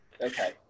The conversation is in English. Okay